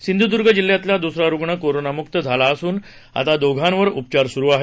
सिंधुदुर्ग जिल्ह्यातला दुसरा रूग्ण कोरोनामुक्त झाला असून आता दोघांवर उपचार सुरु आहेत